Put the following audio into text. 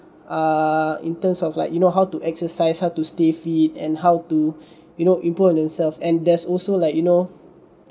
err in terms of like you know how to exercise how to stay fit and how to you know improve on themselves and there's also like you know